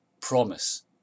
promise